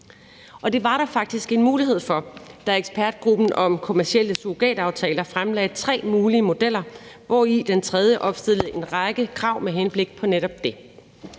Det var der faktisk en mulighed for, da ekspertgruppen om kommercielle surrogataftaler fremlagde tre mulige modeller, hvor den tredje opstillede en række krav med henblik på netop det.